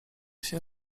się